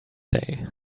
day